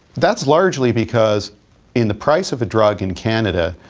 that's largely because in the price of a drug in canada,